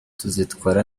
tuzitwara